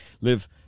live